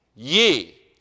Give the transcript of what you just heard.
Ye